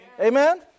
Amen